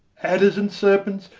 adders and serpents,